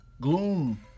Gloom